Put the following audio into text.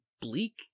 bleak